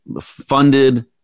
funded